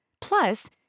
Plus